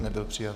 Nebyl přijat.